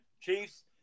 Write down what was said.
Chiefs